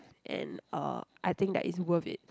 and uh I think that is worth it